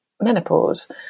menopause